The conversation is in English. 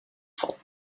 thought